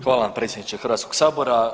Hvala vam, predsjedniče Hrvatskog sabora.